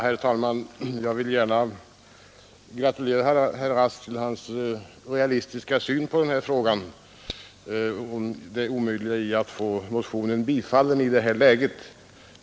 Herr talman! Jag vill gärna gratulera herr Rask till hans realistiska syn på det omöjliga i att få motionen bifallen i detta läge.